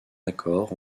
accord